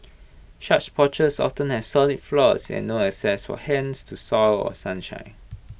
such porches often have solid floors and no access for hens to soil or sunshine